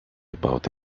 about